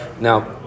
Now